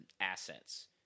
assets